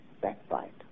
backbite